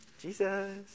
Jesus